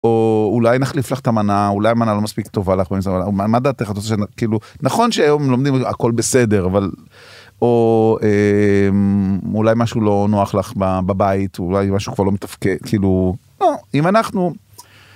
או אולי נחליף לך את המנה, אולי המנה לא מספיק טובה לך, מה דעתך? כאילו נכון שהיום לומדים הכל בסדר אבל, או אולי משהו לא נוח לך בבית, או אולי משהו כבר לא מתפקד, כאילו, אם אנחנו.